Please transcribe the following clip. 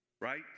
right